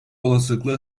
olasılıkla